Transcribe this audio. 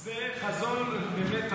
באמת,